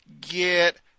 get